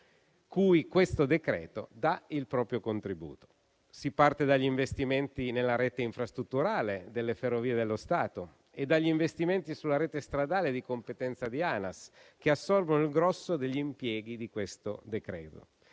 cui questo decreto dà il proprio contributo. Si parte dagli investimenti nella rete infrastrutturale delle Ferrovie dello Stato e dagli investimenti sulla rete stradale di competenza di ANAS, che assorbono il grosso degli impieghi del provvedimento.